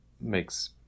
makes